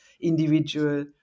individual